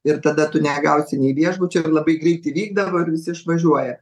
ir tada tu negausi nei viešbučio ir labai greitai vykdavo ir visi išvažiuoja